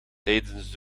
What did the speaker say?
tijdens